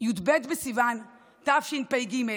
י"ב בסיוון תשפ"ג,